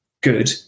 good